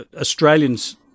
Australians